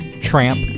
Tramp